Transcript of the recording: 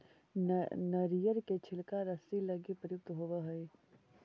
नरियर के छिलका रस्सि लगी प्रयुक्त होवऽ हई